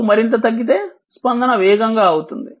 T మరింత తగ్గితే స్పందన వేగంగా అవుతుంది